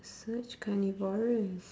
such carnivorous